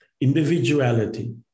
individuality